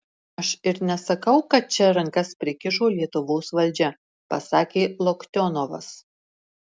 aš ir nesakau kad čia rankas prikišo lietuvos valdžia pasakė loktionovas